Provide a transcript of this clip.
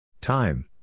Time